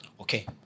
Okay